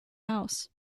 house